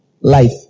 life